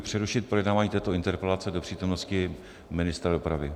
Navrhuji přerušit projednávání této interpelace do přítomnosti ministra dopravy.